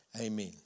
Amen